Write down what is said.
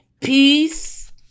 peace